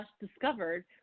discovered